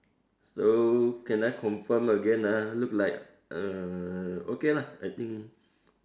so can I confirm again ah look like uh okay lah I think